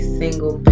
single